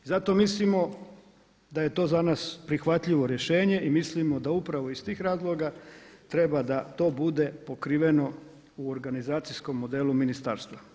I zato mislimo da je to za nas prihvatljivo rješenje i mislimo da upravo iz tih razloga treba da to bude pokriveno u organizacijskom modelu ministarstva.